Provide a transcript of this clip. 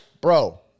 bro